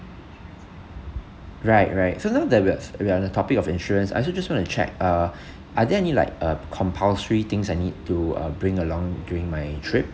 right right so now that we are we are on the topic of insurance I also just want to check uh are there any like uh compulsory things I need to uh bring along during my trip